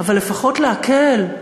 אבל לפחות להקל,